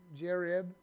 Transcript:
Jerib